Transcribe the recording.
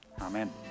amen